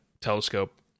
telescope